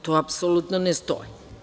To apsolutno ne stoji.